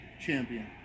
Champion